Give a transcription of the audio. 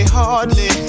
hardly